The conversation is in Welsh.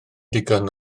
digon